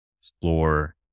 explore